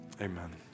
amen